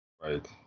Right